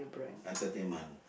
entertainment